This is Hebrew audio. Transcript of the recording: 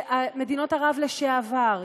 מדינות ערב לשעבר,